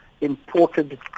imported